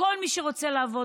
כל מי שרוצות לעבוד,